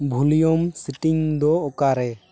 volume setting ᱫᱚ ᱚᱠᱟᱨᱮ